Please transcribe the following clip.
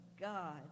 god